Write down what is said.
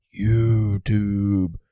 YouTube